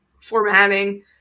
formatting